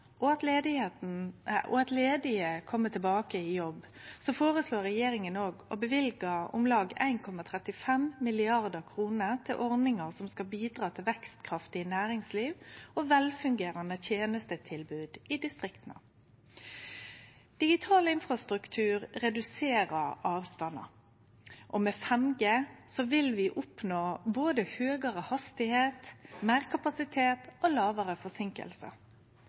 og at dei ledige kjem tilbake i jobb, føreslår regjeringa òg å løyve om lag 1,35 mrd. kr til ordningar som skal bidra til vekstkraftig næringsliv og velfungerande tenestetilbod i distrikta. Digital infrastruktur reduserer avstandar. Med 5G vil vi oppnå både høgare hastigheit, meir kapasitet og